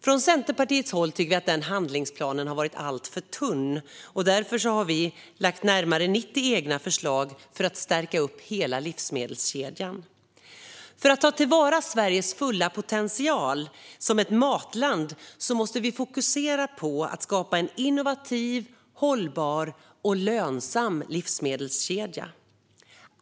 Från Centerpartiets håll tycker vi att den handlingsplanen är alltför tunn, och därför har vi lagt närmare 90 egna förslag för att stärka upp hela livsmedelskedjan. För att ta vara på Sveriges fulla potential som ett matland måste vi fokusera på att skapa en innovativ, hållbar och lönsam livsmedelskedja.